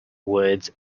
woods